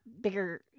bigger